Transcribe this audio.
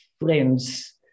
friends